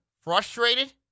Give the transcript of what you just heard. frustrated